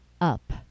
up